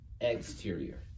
exterior